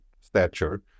stature